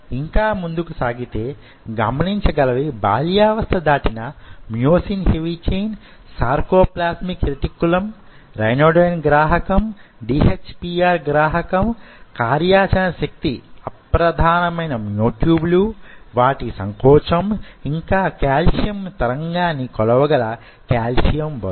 ఇంకా ముందుకు సాగితే గమనించగలవి బాల్యావస్థ దాటిన myosin heavy chain sarcoplasmic reticulum ryanodine గ్రాహకం DHPR గ్రాహకములు కార్యాచరణ శక్తి అప్రధామైన మ్యో టూబ్లు వాటి సంకోచం ఇంకా క్యాల్షియం తరంగాన్ని కొలవగల కాల్షియం బరువు